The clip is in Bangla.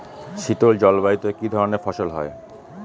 শীতল জলবায়ুতে কি ধরনের ফসল হয়?